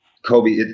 Kobe